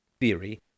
theory